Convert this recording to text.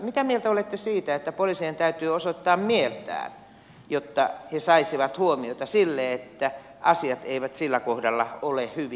mitä mieltä olette siitä että poliisien täytyy osoittaa mieltään jotta he saisivat huomiota sille että asiat eivät sillä kohdalla ole hyvin